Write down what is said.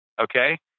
okay